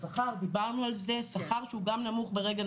סוף השבוע, ואני מבינה שאי אפשר להמשיך ככה.